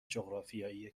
جغرافیایی